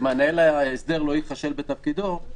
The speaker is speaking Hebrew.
ושמנהל ההסדר לא ייכשל בתפקידו,